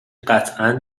قطعا